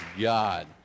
God